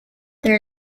there